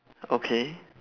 okay